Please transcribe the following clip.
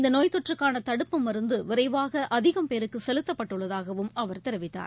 இந்த நோய் தொற்றுக்கான தடுப்பு மருந்தை விரைவாக அதிகம் பேருக்கு செலுத்தப்பட்டுள்ளதாகவும் அவர் தெரிவித்தார்